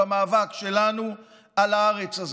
במאבק שלנו על הארץ הזאת.